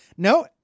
No